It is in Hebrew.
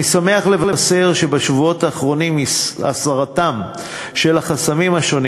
אני שמח לבשר שבשבועות האחרונים הסרתם של החסמים השונים